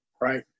right